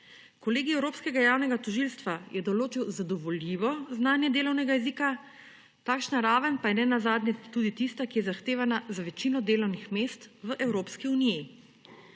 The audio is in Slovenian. Kolegij Evropskega javnega tožilstva je določil zadovoljivo znanje delovnega jezika, takšna raven pa je nenazadnje tudi tista, ki je zahtevana za večino delovnih mest v Evropski uniji.